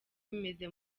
bimeze